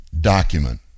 document